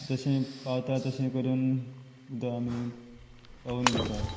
तशें पावता तशें करून उदक आमी पावून घेता